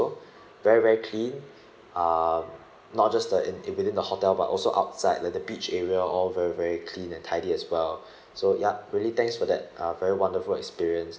very very clean um not just the in in within the hotel but also outside like the beach area all very very clean and tidy as well so ya really thanks for that uh very wonderful experience lor